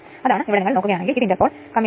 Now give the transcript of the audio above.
5 volt